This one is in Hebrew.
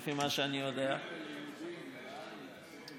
לפי מה שאני יודע אני אגיד לך יותר מזה,